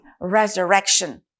resurrection